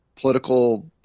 political